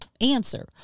answer